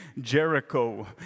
Jericho